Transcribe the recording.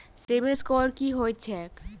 CIBIL score की होइत छैक?